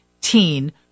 teen